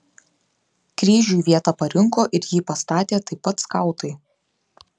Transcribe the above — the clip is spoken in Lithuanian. kryžiui vietą parinko ir jį pastatė taip pat skautai